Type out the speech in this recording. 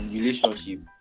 relationship